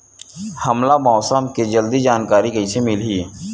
हमला मौसम के जल्दी जानकारी कइसे मिलही?